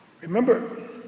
Remember